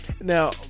Now